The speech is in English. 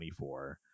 24